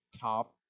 top